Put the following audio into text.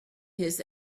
his